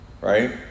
right